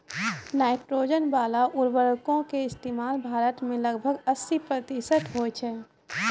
nitrogen बाला उर्वरको के इस्तेमाल भारत मे लगभग अस्सी प्रतिशत होय छै